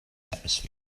atmosphere